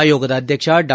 ಆಯೋಗದ ಅಧ್ಯಕ್ಷ ಡಾ